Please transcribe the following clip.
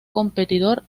competidor